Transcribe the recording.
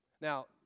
Now